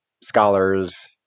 scholars